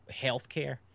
healthcare